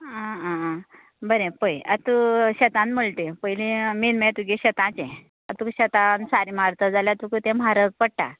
बरें पळय आत शेतांत म्हणलें तुवें पयलें मेन म्हणल्यार तुगे शेतांत तें आतां तुका शेतांत सारें मारता जाल्यार तुका तें म्हारग पडटा